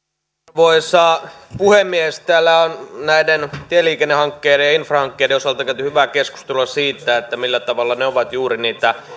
arvoisa puhemies täällä on näiden tieliikennehankkeiden ja infrahankkeiden osalta käyty hyvää keskustelua siitä millä tavalla ne ovat juuri niitä